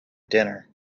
dinner